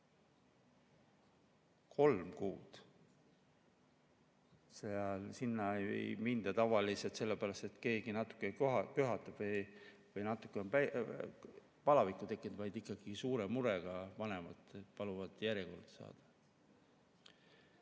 Kolm kuud! Sinna ei minda tavaliselt sellepärast, et keegi natuke köhatab või et tal on natuke palavikku tekkinud, vaid ikkagi suure murega, vanemad paluvad lapse järjekorda panna.